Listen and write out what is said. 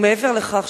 ומעבר לכך,